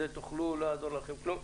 לא יעזור לכם כלום.